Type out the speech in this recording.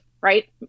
right